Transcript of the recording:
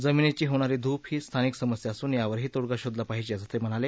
जमिनीची होणार धूप ही स्थानिक समस्या असून यावरही तोडगा शोधला पाहिजे असं ते म्हणाले